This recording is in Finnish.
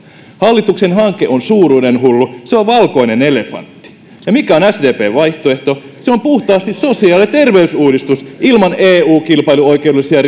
hallituksen hanke on suuruudenhullu se on valkoinen elefantti ja mikä on sdpn vaihtoehto se on puhtaasti sosiaali ja terveysuudistus ilman eu kilpailuoikeudellisia